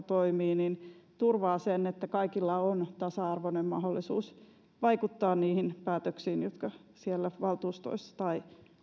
toimii turvaa sen että kaikilla on tasa arvoinen mahdollisuus vaikuttaa niihin päätöksiin jotka siellä valtuustoissa tai